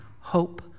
hope